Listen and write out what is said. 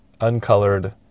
uncolored